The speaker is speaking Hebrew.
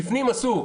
בפנים אסור.